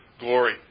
glory